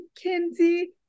Kinsey